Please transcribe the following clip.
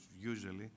usually